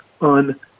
on